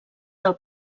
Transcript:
del